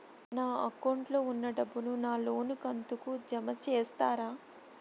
నా అకౌంట్ లో ఉన్న డబ్బును నా లోను కంతు కు జామ చేస్తారా?